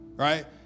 Right